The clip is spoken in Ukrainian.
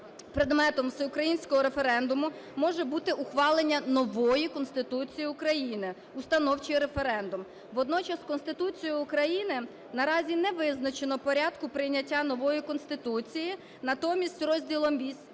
предметом всеукраїнського референдуму може бути ухвалення нової Конституції України, установчий референдум. Водночас Конституцією України наразі не визначено порядку прийняття нової Конституції. Натомість розділом ХІІІ